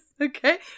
okay